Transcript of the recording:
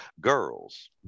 Girls